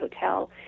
hotel